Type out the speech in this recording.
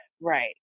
Right